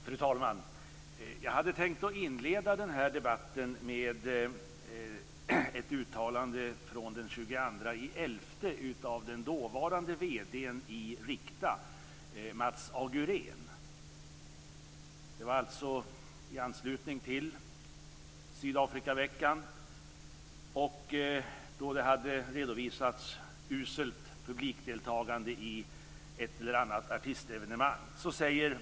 Fru talman! Jag hade tänkt inleda debatten med ett uttalande från den 22 november av den dåvarande vd:n i Rikta, Mats Agurén. Det var alltså i anslutning till Sydafrikaveckan, då det hade redovisats ett uselt publikdeltagande i ett eller annat artistarrangemang.